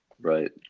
Right